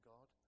God